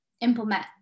implement